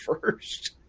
first